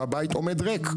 ולכן הבית עומד ריק.